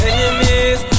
Enemies